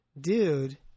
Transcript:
Dude